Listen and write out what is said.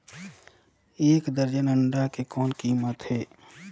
एक दर्जन अंडा के कौन कीमत हे?